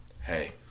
Hey